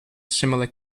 similar